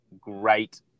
great